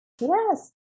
Yes